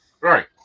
Right